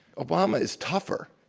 obama is tougher.